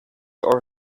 our